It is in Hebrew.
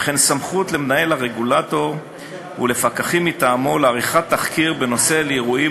וכן סמכות למנהל הרגולטור ולפקחים מטעמו לעריכת תחקיר בנוגע לאירועים